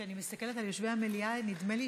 כשאני מסתכלת על יושבי המליאה נדמה לי